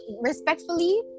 Respectfully